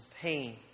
pain